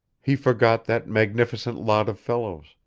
he forgot that magnificent lot of fellows,